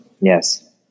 Yes